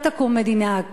לא תקום מדינה,